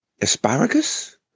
Asparagus